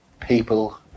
people